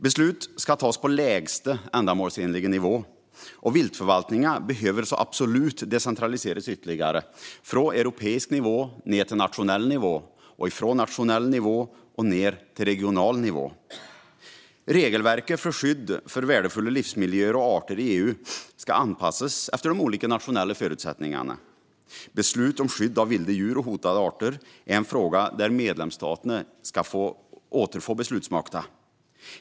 Beslut ska tas på lägsta ändamålsenliga nivå, och viltförvaltningarna behöver absolut decentraliseras ytterligare från europeisk nivå ned till nationell nivå och från nationell nivå ned till regional nivå. Regelverket för skydd av värdefulla livsmiljöer och arter i EU ska anpassas efter de olika nationella förutsättningarna. Skydd av vilda djur och hotade arter är frågor där medlemsstaterna i högre grad ska återfå beslutsmakten.